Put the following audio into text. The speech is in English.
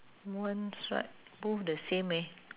one stripe both the same eh